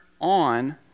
on